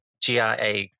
GIA